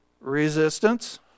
resistance